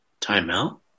Timeout